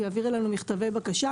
מכתבי בקשה.